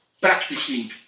practicing